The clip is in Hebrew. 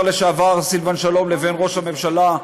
לשעבר סילבן שלום לבין ראש הממשלה,